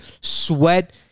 sweat